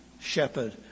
shepherd